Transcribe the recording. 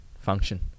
function